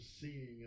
seeing